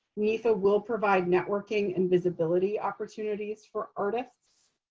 nefa will provide networking and visibility opportunities for artists.